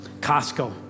Costco